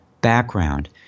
background